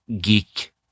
geek